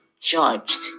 judged